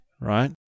right